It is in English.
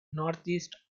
northeast